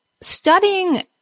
studying